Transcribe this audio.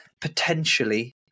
potentially